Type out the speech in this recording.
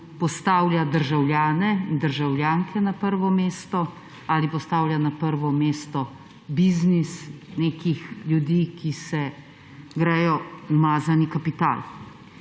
postavlja državljane in državljanke na prvo mesto ali postavlja na prvo mesto biznis nekih ljudi, ki se gredo umazani kapital.